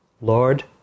Lord